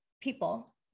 people